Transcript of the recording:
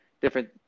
different